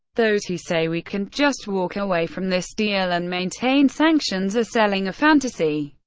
those who say we can just walk away from this deal and maintain sanctions are selling a fantasy.